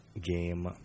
game